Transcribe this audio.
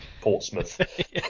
portsmouth